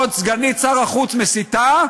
בעוד סגנית שר החוץ מסיתה,